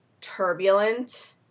turbulent